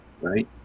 right